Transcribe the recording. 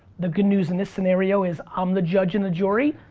the good news in this scenario is i'm the judge and the jury,